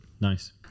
nice